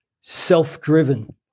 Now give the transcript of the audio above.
self-driven